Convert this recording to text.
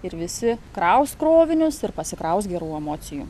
ir visi kraus krovinius ir pasikraus gerų emocijų